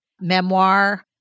memoir